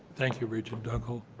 thank you regent dunkel.